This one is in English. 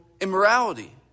immorality